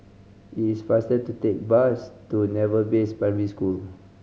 it's faster to take the bus to Naval Base Primary School